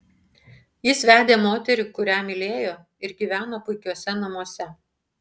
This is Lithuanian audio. jis vedė moterį kurią mylėjo ir gyveno puikiuose namuose